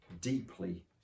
deeply